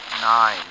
Nine